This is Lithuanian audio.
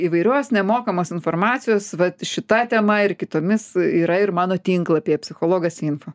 įvairios nemokamos informacijos vat šita tema ir kitomis yra ir mano tinklapyje psichologas info